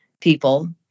people